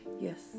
yes